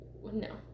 No